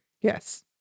Yes